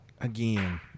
Again